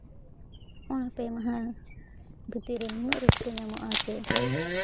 ᱚᱱᱟ ᱯᱮ ᱢᱟᱦᱟ ᱵᱷᱤᱛᱤᱨ ᱨᱮ ᱱᱩᱱᱟᱹᱜ ᱨᱟᱹᱥᱠᱟᱹ ᱧᱟᱢᱚᱜᱼᱟ ᱡᱮ